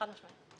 חד משמעית.